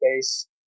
space